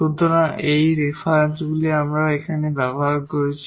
সুতরাং এই রেফারেন্সগুলি আমরা এখানে ব্যবহার করেছি